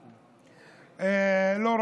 הזאת,